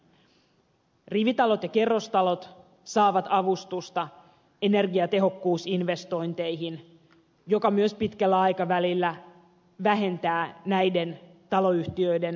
rivitalot ja kerrostalot saavat avustusta energiatehokkuusinvestointeihin jotka myös pitkällä aikavälillä vähentävät näiden taloyhtiöiden kustannuksia